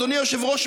אדוני היושב-ראש,